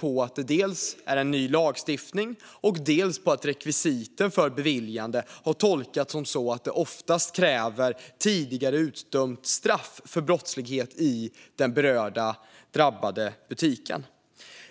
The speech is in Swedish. på att det är en ny lagstiftning, dels på att rekvisiten för beviljande har tolkats så att det oftast kräver tidigare utdömt straff för brottslighet i den berörda butiken.